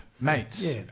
Mates